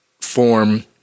form